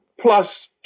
plus